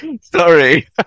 Sorry